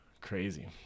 crazy